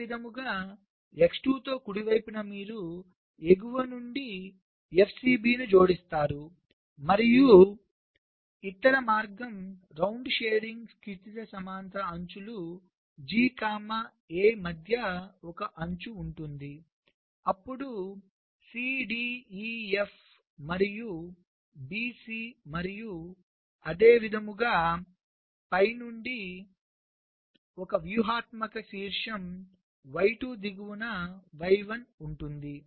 అదేవిధంగా x2 తో కుడి వైపున మీరు ఎగువ నుండి F C B ను జోడిస్తారు మరియు ఇతర మార్గం రౌండ్ షేరింగ్ క్షితిజ సమాంతర అంచులు G A మధ్య ఒక అంచు ఉంటుంది అప్పుడు C D E F మరియు B C మరియు అదేవిధంగా పై నుండి ఒక వ్యూహాత్మ కశీర్షం y2 దిగువన y1 ఉంటుంది